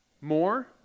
More